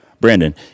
Brandon